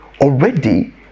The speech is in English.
Already